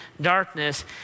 darkness